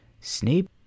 Snape